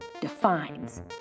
defines